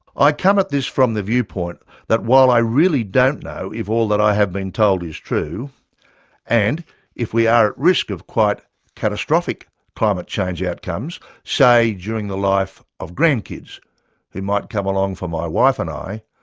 i come at this from the viewpoint that while i really don't know if all that i have been told is true but and if we are at risk of quite catastrophic climate change outcomes, say during the life of grandkids who might come along for my wife and me,